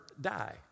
die